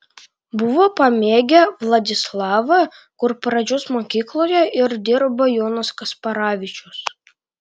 buvo pamėgę vladislavą kur pradžios mokykloje ir dirbo jonas kasparavičius